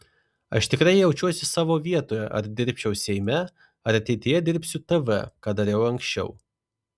aš tikrai jaučiuosi savo vietoje ar dirbčiau seime ar ateityje dirbsiu tv ką dariau anksčiau